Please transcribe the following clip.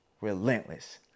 relentless